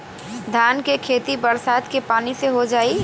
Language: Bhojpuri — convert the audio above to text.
धान के खेती बरसात के पानी से हो जाई?